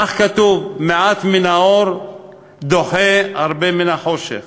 כך כתוב: מעט מן האור דוחה הרבה מן החושך.